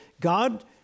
God